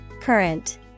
current